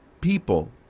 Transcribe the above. people